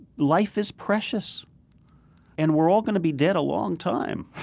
life is precious and we're all going to be dead a long time.